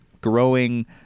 growing